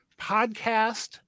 podcast